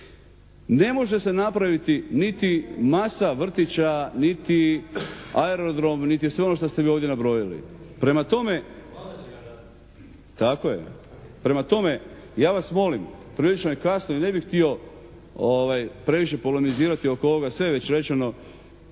ne može se napraviti niti masa vrtića, niti aerodrom, niti sve ono što ste vi ovdje nabrojili. Prema tome, ja vas molim prilično je kasno i ne bih htio previše polemizirati oko ovoga, sve je već rečeno.